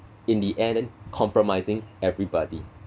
in the end then compromising everybody